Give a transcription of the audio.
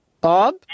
Bob